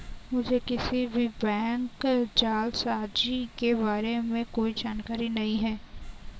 मुझें किसी भी बैंक जालसाजी के बारें में कोई जानकारी नहीं है